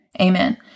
Amen